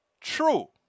true